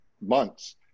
months